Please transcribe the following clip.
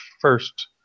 first